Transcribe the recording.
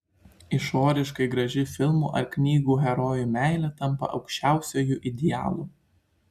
išoriškai graži filmų ar knygų herojų meilė tampa aukščiausiuoju idealu